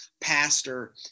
pastor